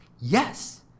Yes